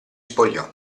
spogliò